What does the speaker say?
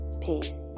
Peace